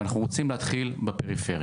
ובנוסף, אנחנו רוצים להתחיל בפריפריה.